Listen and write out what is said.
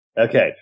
Okay